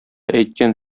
әйткән